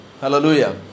Hallelujah